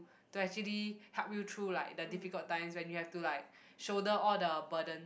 to actually help you through like the difficult times when you have to like shoulder all the burden